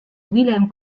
william